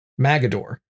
Magador